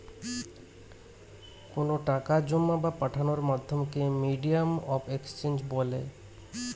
কোনো টাকা জোমা বা পাঠানোর মাধ্যমকে মিডিয়াম অফ এক্সচেঞ্জ বলে